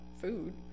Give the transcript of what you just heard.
food